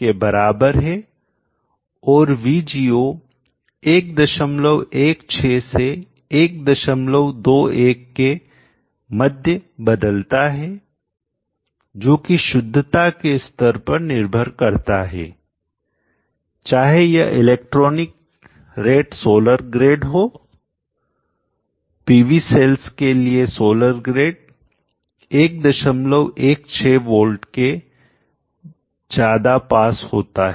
के बराबर है और VGO 116 से 121 के मध्य बदलता है जो कि शुद्धता के स्तर पर निर्भर करता है चाहे यह इलेक्ट्रॉनिक रेट सोलर ग्रेड हो पीवी सेल्स के लिए सोलर ग्रेड 116 वोल्ट के ज्यादा पास होता है